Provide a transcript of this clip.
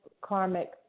karmic